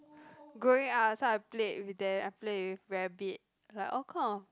going out so I played with them I play with rabbit like all kind of